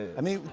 i mean,